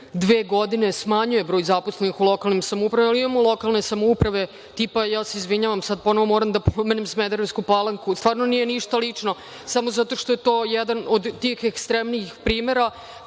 dve godine smanjuje broj zaposlenih u lokalnim samoupravama. Ali imamo lokalne samouprave tipa, izvinjavam se sada ponovo moram da pomenem Smederevsku Palanku, stvarno nije ništa lično, samo zato što je to jedan od tih ekstremnijih primera,